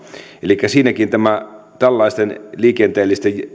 elikkä siinäkin tällaisten liikenteellisten